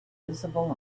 visible